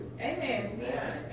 Amen